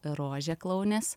rožė klounės